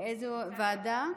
לאיזו ועדה?